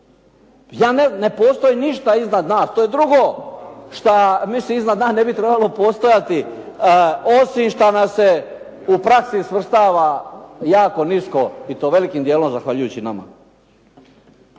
Ne postoji ništa iznad nas, to je drugo što …/Govornik se ne razumije./… ne bi trebalo postojati, osim što nas se u praksi svrstava jako nisko i to velikim dijelom zahvaljujući nama.